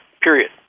period